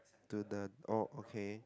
do the oh okay